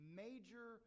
major